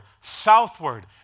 southward